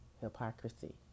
hypocrisy